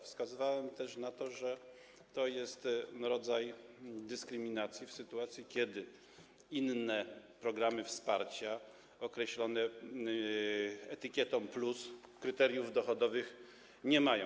Wskazywałem też na to, że jest to rodzaj dyskryminacji, w sytuacji kiedy inne programy wsparcia oznaczone etykietą „+” kryteriów dochodowych nie mają.